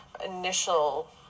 initial